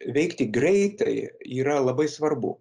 veikti greitai yra labai svarbu